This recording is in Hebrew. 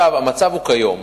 כיום,